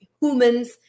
humans